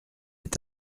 est